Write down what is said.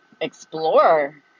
explore